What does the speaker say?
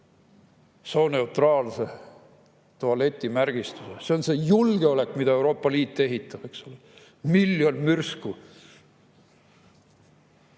sooneutraalse tualetimärgistuse. See on julgeolek, mida Euroopa Liit ehitab. Miljon mürsku.